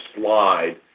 slide